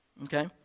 Okay